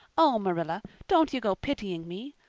oh, marilla, don't you go pitying me.